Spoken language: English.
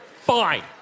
Fine